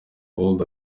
world